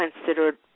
considered